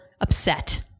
upset